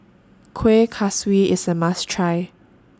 Kueh Kaswi IS A must Try